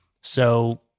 So-